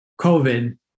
COVID